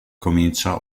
comincia